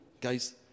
guys